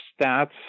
stats